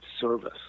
service